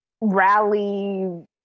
rally